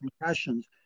concussions